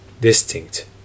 distinct